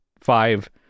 five